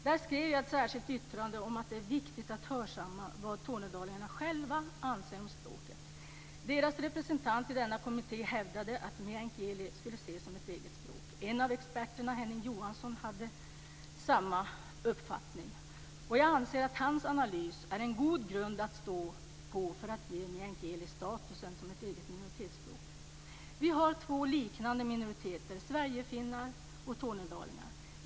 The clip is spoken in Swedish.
Jag skrev där i ett särskilt yttrande att det är viktigt att hörsamma vad tornedalingarna själva anser om språket. Deras representant i denna kommitté hävdade att meänkieli skulle ses som ett eget språk. En av experterna, Henning Johansson, hade samma uppfattning. Jag anser att hans analys är en god grund att stå på för att ge meänkieli statusen som ett eget minoritetsspråk. Vi har två minoriteter som liknar varandra: sverigefinnar och tornedalingar.